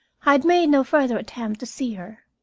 had made no further attempt to see her,